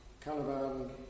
Caliban